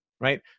right